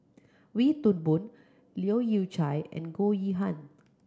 Wee Toon Boon Leu Yew Chye and Goh Yihan